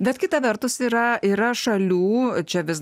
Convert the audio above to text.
bet kita vertus yra yra šalių čia vis